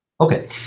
Okay